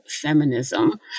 feminism